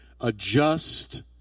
adjust